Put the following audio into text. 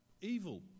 Evil